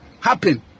happen